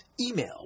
Email